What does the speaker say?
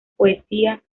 poesía